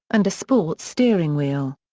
and a sports steering wheel.